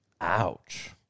Ouch